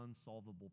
unsolvable